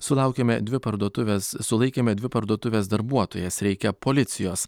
sulaukėme dvi parduotuvės sulaikėme dvi parduotuvės darbuotojas reikia policijos